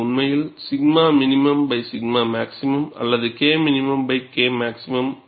இது உண்மையில் 𝛔min 𝛔max அல்லது KminKmax ஆகும்